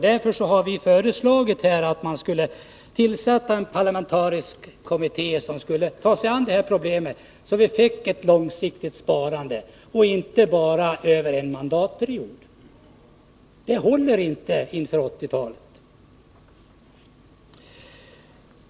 Därför har vi föreslagit att man tillsätter en parlamentarisk kommitté som tar sig an detta problem, så att vi får ett långsiktigt sparande, inte bara över en mandatperiod. Det håller inte inför 1980-talet.